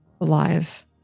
alive